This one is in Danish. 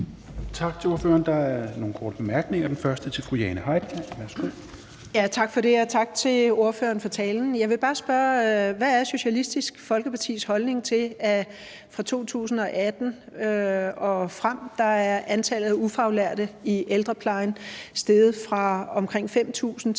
Tak til ordføreren. Der er nogle korte bemærkninger. Den første er til fru Jane Heitmann. Værsgo. Kl. 11:01 Jane Heitmann (V): Tak for det, og tak til ordføreren for talen. Jeg vil bare spørge: Hvad er Socialistisk Folkepartis holdning til, at fra 2018 og frem er antallet af ufaglærte i ældreplejen steget fra omkring 5.000 til